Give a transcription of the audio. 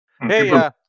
Hey